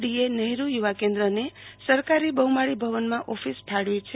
DA Nehru Yuva કેન્દ્રને સરકારી બહુમાળી ભવનમાં ઓફિસ ફાળવી છે